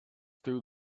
through